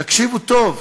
תקשיבו טוב,